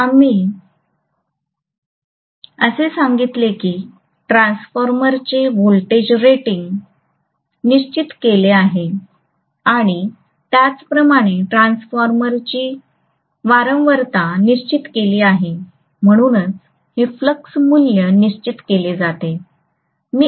तर आम्ही असे सांगितले की ट्रान्सफॉर्मरचे व्होल्टेज रेटिंग निश्चित केले आहे आणि त्याचप्रमाणे ट्रान्सफॉर्मरची वारंवारता निश्चित केली आहे म्हणूनच हे फ्लक्स मूल्य निश्चित केले जाते